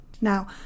Now